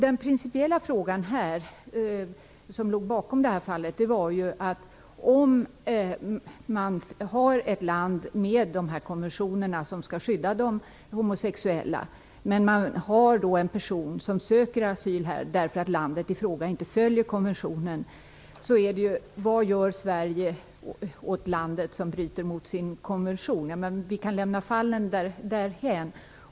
Den principiella fråga som låg bakom detta fall gäller en person som söker asyl i Sverige därför att ett land som har skrivit på konventioner som skall skydda de homosexuella inte följer konventionerna. Vad gör Sverige åt det land som bryter mot en konvention man har skrivit på? Vi kan lämna de enskilda fallen därhän.